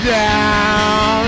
down